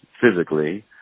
physically